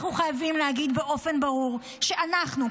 אנחנו חייבים להגיד באופן ברור שאנחנו,